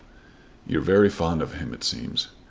you're very fond of him it seems.